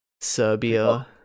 Serbia